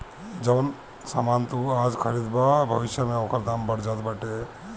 जवन सामान तू आज खरीदबअ भविष्य में ओकर दाम बढ़ जात बाटे